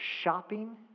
shopping